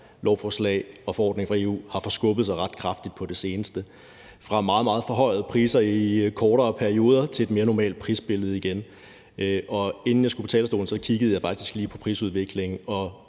lovforslag og forordningen fra EU har forskubbet sig ret kraftigt på det seneste – fra meget, meget forhøjede priser i kortere perioder til et mere normalt prisbillede igen. Inden jeg skulle på talerstolen, kiggede jeg faktisk lige på prisudviklingen,